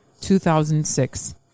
2006